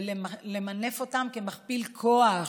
ולמנף אותם כמכפיל כוח.